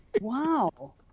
Wow